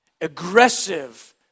aggressive